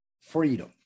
freedom